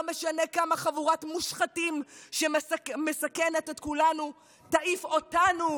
לא משנה כמה חבורת המושחתים שמסכנת את כולנו תעיף אותנו,